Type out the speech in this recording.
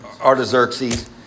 Artaxerxes